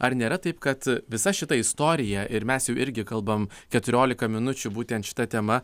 ar nėra taip kad visa šita istorija ir mes jau irgi kalbam keturiolika minučių būtent šita tema